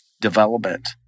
development